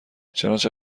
چنانچه